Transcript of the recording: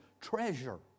treasure